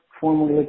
formerly